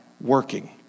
working